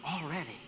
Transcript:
already